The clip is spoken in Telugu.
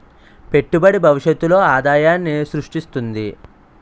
పెట్టుబడి భవిష్యత్తులో ఆదాయాన్ని స్రృష్టిస్తుంది